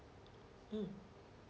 mm